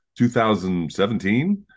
2017